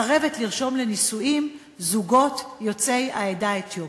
מסרבת לרשום לנישואין זוגות יוצאי העדה האתיופית.